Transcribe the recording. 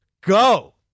Go